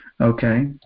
Okay